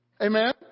Amen